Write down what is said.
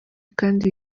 kandi